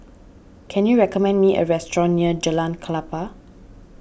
can you recommend me a restaurant near Jalan Klapa